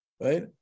Right